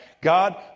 God